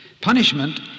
Punishment